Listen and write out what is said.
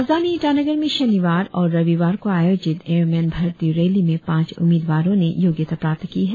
राजधानी ईटानगर में शनिवार और रविवार को आयोजित एयरमेन भर्ती रैली में पांच उम्मीदवारों ने योग्यता प्राप्त की है